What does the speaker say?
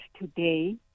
today